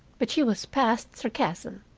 but she was past sarcasm.